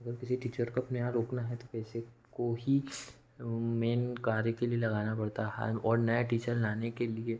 अगर किसी टीचर को अपने यहाँ रोकना है तो पैसे को ही मेन कार्य के लिए लगाना पड़ता है और नया टीचर लाने के लिए